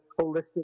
holistic